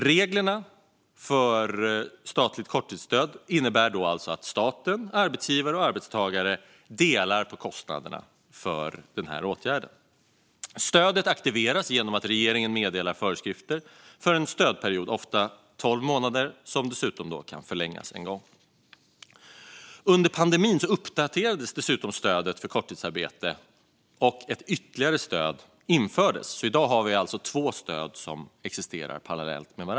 Reglerna för statligt korttidsstöd innebär att staten, arbetsgivaren och arbetstagaren delar på kostnaderna för denna åtgärd. Stödet aktiveras genom att regeringen meddelar föreskrifter för en stödperiod - ofta tolv månader - som dessutom kan förlängas en gång. Under pandemin uppdaterades stödet för korttidsarbete, och ett ytterligare stöd infördes. I dag har vi alltså två stöd som existerar parallellt.